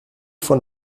von